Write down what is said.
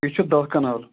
یہِ چھُ دَہ کَنال